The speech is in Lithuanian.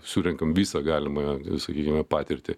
surenkam visą galimą sakykime patirtį